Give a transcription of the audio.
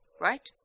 right